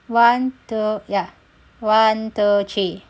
one two ya one two three